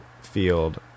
field